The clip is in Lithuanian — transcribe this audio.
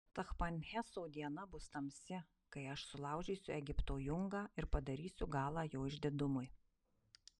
tachpanheso diena bus tamsi kai aš sulaužysiu egipto jungą ir padarysiu galą jo išdidumui